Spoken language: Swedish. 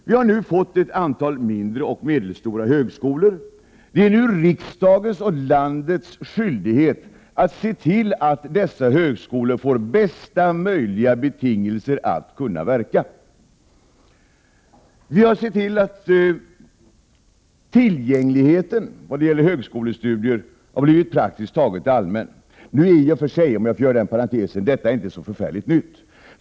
Vi har nu fått ett antal mindre och medelstora högskolor. Det är en skyldighet för staten och riksdagen att se till att dessa högskolor får verka under bästa möjliga betingelser. Vi har sett till att tillgängligheten till högskolestudier har blivit praktiskt taget allmän. Nu är ju detta i och för sig inte särskilt nytt.